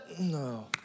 No